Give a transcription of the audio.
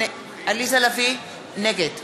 נגד